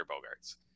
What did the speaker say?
Bogart's